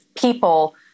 people